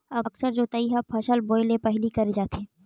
अकरस जोतई ह फसल बोए ले पहिली करे जाथे